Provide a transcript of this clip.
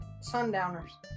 sundowners